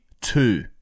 two